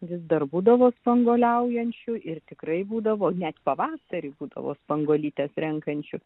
vis dar būdavo spanguoliaujančių ir tikrai būdavo net pavasarį būdavo spanguolytes renkančių